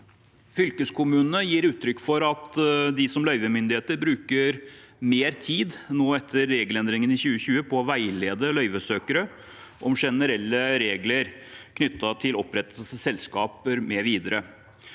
Fylkeskommunene gir uttrykk for at de som løyvemyndighet bruker mer tid nå, etter regelendringene i 2020, på å veilede løyvesøkere om generelle regler knyttet til opprettelse av selskaper mv.